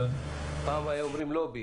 פעם היו אומרים לובי